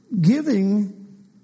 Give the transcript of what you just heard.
giving